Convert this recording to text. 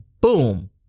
boom